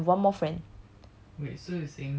but okay I have one more friend